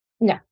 No